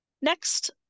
Next